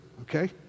okay